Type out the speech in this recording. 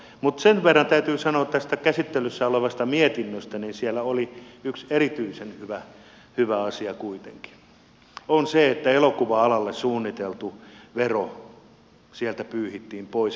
mutta sen verran täytyy sanoa tästä käsittelyssä olevasta mietinnöstä että siellä yksi erityisen hyvä asia kuitenkin on se että elokuva alalle suunniteltu vero sieltä pyyhittiin pois